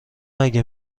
اگه